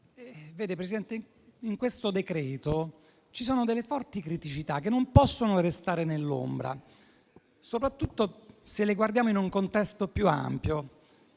nel provvedimento al nostro esame ci sono delle forti criticità che non possono restare nell'ombra, soprattutto se le guardiamo in un contesto più ampio.